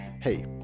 hey